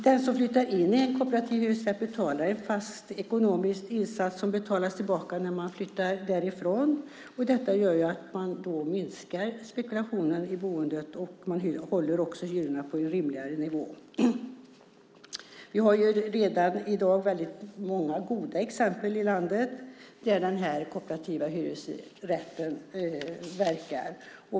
Den som flyttar in i en kooperativ hyresrätt betalar en fast ekonomisk insats som betalas tillbaka när man flyttar därifrån. Detta gör att spekulationen i boendet minskar och att hyrorna hålls på en rimligare nivå. Det finns redan i dag väldigt många goda exempel i landet på hur den kooperativa hyresrätten verkar.